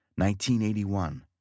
1981